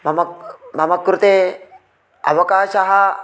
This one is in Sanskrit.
मम मम कृते अवकाशः